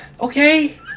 Okay